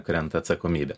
krenta atsakomybė